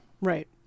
right